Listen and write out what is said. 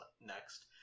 next